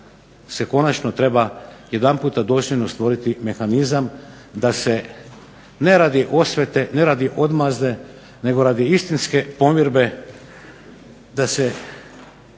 sada konačno treba dostojanstveno jednom stvoriti mehanizam da se ne radi osvete, ne radi odmazde, nego radi istinske pomirbe da se